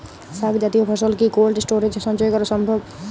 শাক জাতীয় ফসল কি কোল্ড স্টোরেজে সঞ্চয় করা সম্ভব?